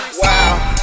wow